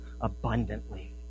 abundantly